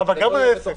גם העסק,